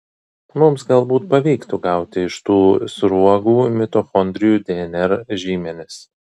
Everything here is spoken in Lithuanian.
mums galbūt pavyktų gauti iš tų sruogų mitochondrijų dnr žymenis